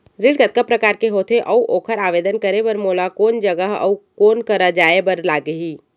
ऋण कतका प्रकार के होथे अऊ ओखर आवेदन करे बर मोला कोन जगह अऊ कोन करा जाए बर लागही?